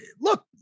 look